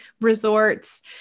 resorts